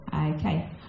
okay